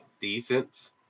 decent